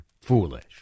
foolish